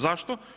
Zašto?